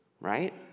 right